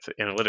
analytics